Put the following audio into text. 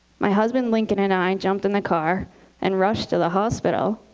my husband lincoln and i jumped in the car and rushed to the hospital.